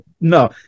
no